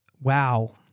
wow